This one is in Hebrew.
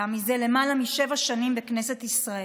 זה למעלה משבע שנים בכנסת ישראל,